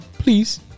Please